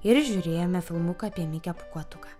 ir žiūrėjome filmuką apie mikę pūkuotuką